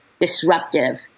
disruptive